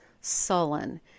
sullen